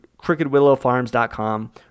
crookedwillowfarms.com